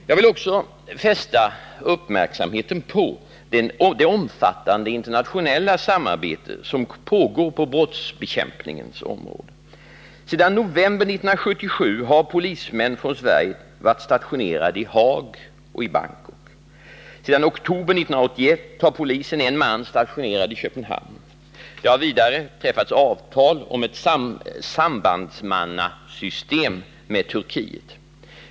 Jag vill också fästa uppmärksamheten på det omfattande internationella samarbete som pågår på brottsbekämpningens område. Sedan november 1977 har polismän från Sverige varit stationerade i Haag och Bangkok. Sedan oktober 1981 har polisen en man stationerad i Köpenhamn. Det har vidare träffats avtal om ett sambandsmannasystem med Turkiet.